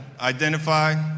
identify